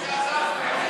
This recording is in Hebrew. טוב שיצאתם.